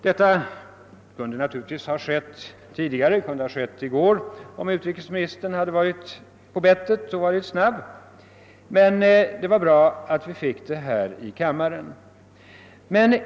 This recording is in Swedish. Detta kunde naturligtvis ha skett redan i går om utrikesministern hade varit snabb, men det var bra att vi nu fick ett avståndstagande här i kammaren.